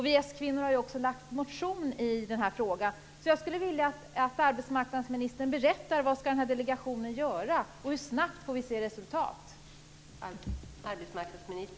Vi s-kvinnor har också väckt en motion i denna fråga. Jag skulle vilja att arbetsmarknadsministern berättar vad den här delegationen skall göra och hur snabbt vi får se resultat.